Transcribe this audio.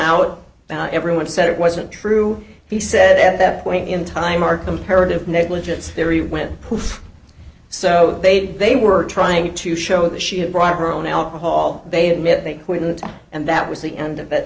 out everyone said it wasn't true he said at that point in time our comparative negligence theory when so they they were trying to show that she had brought her own alcohol they admit they couldn't and that was the end of